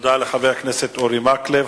תודה לחבר הכנסת אורי מקלב.